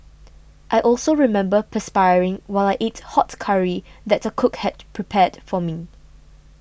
I also remember perspiring while I ate hot curry that a cook had prepared for me